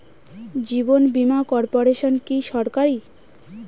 জীবন বীমা কর্পোরেশন কি সরকারি?